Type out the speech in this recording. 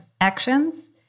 actions